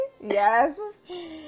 yes